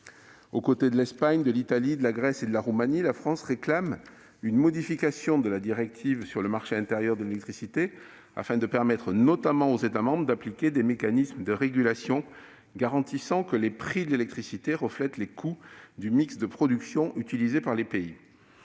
Aux côtés de l'Espagne, de l'Italie, de la Grèce et de la Roumanie, la France réclame une modification de la directive sur le marché intérieur de l'électricité, afin notamment de permettre aux États membres d'appliquer des mécanismes de régulation garantissant que les prix de l'électricité reflètent les coûts du mix de production utilisé par le pays.